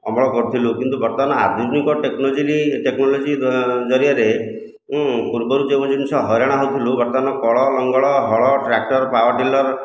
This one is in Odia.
ଅମଳ କରୁଥିଲୁ କିନ୍ତୁ ବର୍ତ୍ତମାନ ଆଧୁନିକ ଟେକ୍ନୋଲୋଜି ଜରିଆରେ ପୂର୍ବରୁ ଯେଉଁ ଜିନିଷ ହଇରାଣ ହେଉଥିଲୁ ବର୍ତ୍ତମାନ କଳ ଲଙ୍ଗଳ ହଳ ଟ୍ରାକ୍ଟର ପାୱାର ଟିଲର